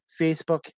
Facebook